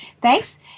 thanks